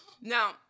Now